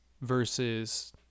versus